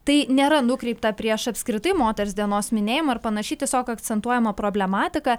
tai nėra nukreipta prieš apskritai moters dienos minėjimą ir panašiai tiesiog akcentuojama problematika